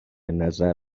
نظر